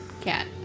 cat